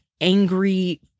angry